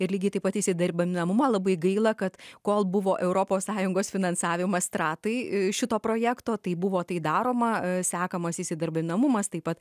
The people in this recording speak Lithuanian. ir lygiai taip pat įsidarbinamumą labai gaila kad kol buvo europos sąjungos finansavimas stratai šito projekto tai buvo tai daroma sekamas įsidarbinamumas taip pat